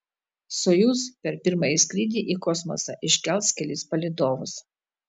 sojuz per pirmąjį skrydį į kosmosą iškels kelis palydovus